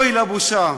אוי לבושה.